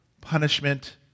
punishment